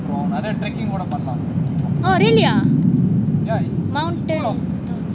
oh really ah mountain